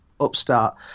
Upstart